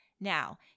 Now